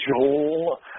Joel